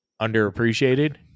Underappreciated